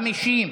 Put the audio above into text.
50 נגד,